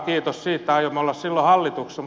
kiitos siitä aiomme olla silloin hallituksessa